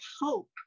hope